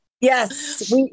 Yes